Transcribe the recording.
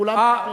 כולם שווים.